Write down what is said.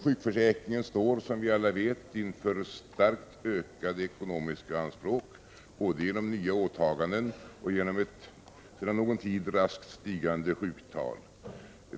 Sjukförsäkringen står, som vi alla vet, inför starkt ökade ekonomiska anspråk både genom nya åtaganden och genom ett sedan någon tid raskt stigande sjuktal.